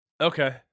Okay